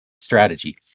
strategy